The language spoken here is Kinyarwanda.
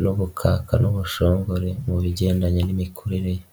n'ubukaka n'ubushongore mu bigendanye n'imikorere ye.